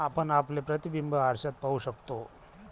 आपण आपले प्रतिबिंब आरशात पाहू शकतो